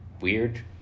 weird